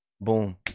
boom